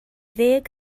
ddeg